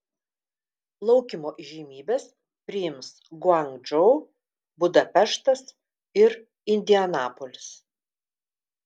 plaukimo įžymybes priims guangdžou budapeštas ir indianapolis